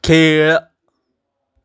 खेळ